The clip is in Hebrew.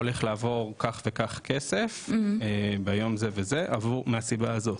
הולך לעבור כך וכך כסף ביום זה וזה מהסיבה הזאת,